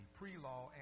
pre-law